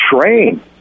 train